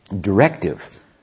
directive